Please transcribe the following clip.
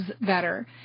better